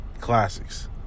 Classics